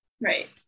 Right